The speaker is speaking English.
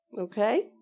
Okay